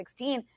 2016